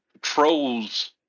Trolls